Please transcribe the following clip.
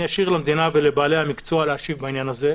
אני אשאיר למדינה ולבעלי המקצוע להשיב בעניין הזה.